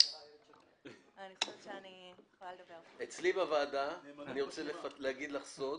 רוצה לדבר על המהלך בכללותו.